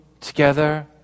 together